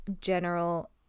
general